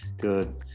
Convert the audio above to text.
Good